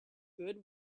good